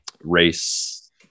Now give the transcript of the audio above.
race